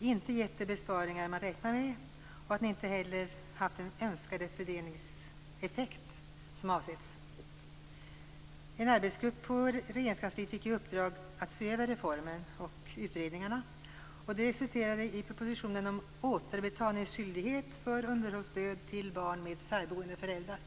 inte gett de besparingar man räknat med och att den inte heller haft den önskade fördelningseffekt som avsetts. En arbetsgrupp på Regeringskansliet fick i uppdrag att se över reformen och utredningarna. Det resulterade i propositionen om återbetalningsskyldighet för underhållsstöd till barn med särboende föräldrar.